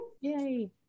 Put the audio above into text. Yay